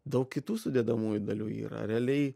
daug kitų sudedamųjų dalių yra realiai